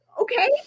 okay